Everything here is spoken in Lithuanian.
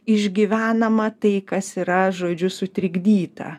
išgyvenama tai kas yra žodžiu sutrikdyta